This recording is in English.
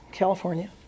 California